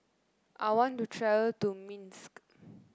I want to travel to Minsk